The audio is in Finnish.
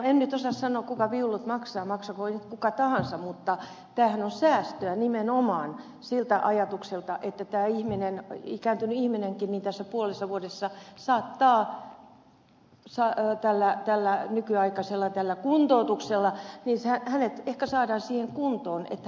en nyt osaa sanoa kuka viulut maksaa maksakoon kuka tahansa mutta tämähän on säästöä nimenomaan sillä ajatuksella että tämä ikääntynyt ihminenkin puolessa vuodessa saatetaan saada nykyaikaisella kuntoutuksella siihen kuntoon että hän kotiutuu